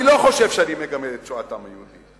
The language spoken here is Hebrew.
אני לא חושב שאני מגמד את שואת העם היהודי.